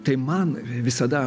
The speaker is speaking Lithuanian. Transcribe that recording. tai man visada